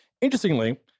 interestingly